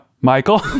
Michael